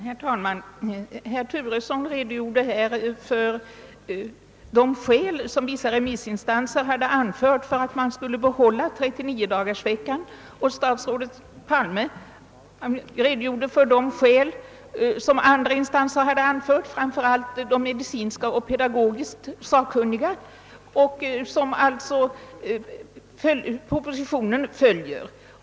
Herr talman! Herr Turesson redogjorde här för de skäl som vissa remissinstanser hade anfört för att behålla 39 veckors läsår. Statsrådet Palme redogjorde för de skäl som andra instanser, framför allt medicinskt och pedagogiskt sakkunniga, hade anfört för 40 veckors läsår och som alltså propositionen följer.